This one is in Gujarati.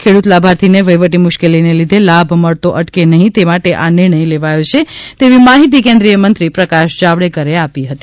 ખેડૂત લાભાર્થીને વહિવટી મ્રશકેલીને લીધે લાભ મળતો અટકે નહિ તે માટે આ નિર્ણય લેવાયો છે તેવી માહિતી કેન્દ્રીયમંત્રી પ્રકાશ જાવડેકરે આપી હતી